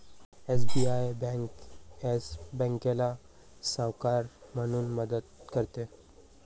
SBI bank Yes बँकेला सावकार म्हणून मदत करते